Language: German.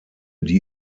die